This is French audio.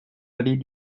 allée